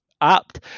apt